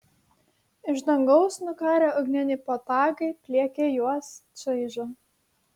iš dangaus nukarę ugniniai botagai pliekia juos čaižo